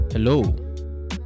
hello